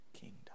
kingdom